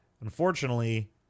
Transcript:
unfortunately